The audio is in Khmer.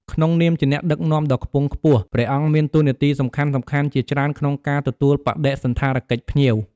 ផ្ដល់ការស្វាគមន៍ជាផ្លូវការ និងពរជ័យ ជាទូទៅព្រះសង្ឃជាអ្នកផ្ដល់ការស្វាគមន៍ជាផ្លូវការដល់ភ្ញៀវដែលបានមកដល់។